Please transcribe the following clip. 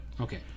Okay